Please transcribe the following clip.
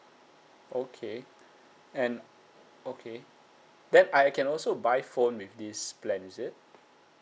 okay and okay then I can also buy phone with this plan is it